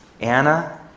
Anna